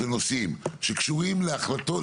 של נושאים שקשורים להחלטות,